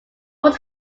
would